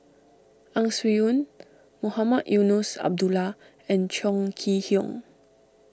Ang Swee Aun Mohamed Eunos Abdullah and Chong Kee Hiong